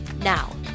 Now